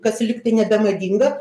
kas lygtai nebemadinga